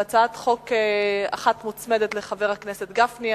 והצעת חוק אחת מוצמדת להצעת חבר הכנסת גפני,